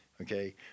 okay